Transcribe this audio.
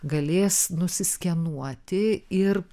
galės nuskenuoti ir